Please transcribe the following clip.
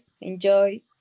enjoy